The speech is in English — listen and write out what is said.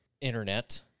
internet